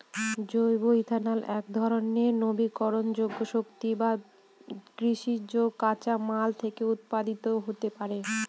জৈব ইথানল একধরনের নবীকরনযোগ্য শক্তি যা কৃষিজ কাঁচামাল থেকে উৎপাদিত হতে পারে